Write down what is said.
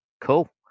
cool